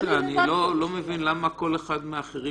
אליסה, אני לא מבין למה כל אחד מהאחרים